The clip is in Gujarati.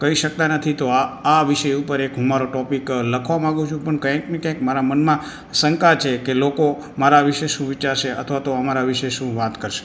કરી શકતા નથી તો આ વિષય ઉપર એક હું મારો ટોપિક લખવા માગુ છું પણ કંઇકને ક્યાંક મારા મનમાં શંકા છે કે લોકો મારા વિશે શું વિચારશે અથવા તો અમારા વિશે શું વાત કરશે